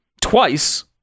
Twice